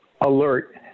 alert